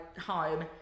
home